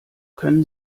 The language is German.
können